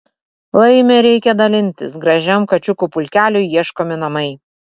laime reikia dalintis gražiam kačiukų pulkeliui ieškomi namai